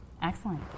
Excellent